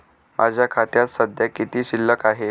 माझ्या खात्यात सध्या किती शिल्लक आहे?